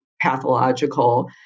pathological